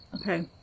Okay